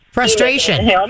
Frustration